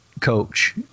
coach